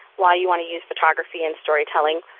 why you want to use photography in storytelling.